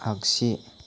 आगसि